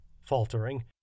faltering